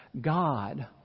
God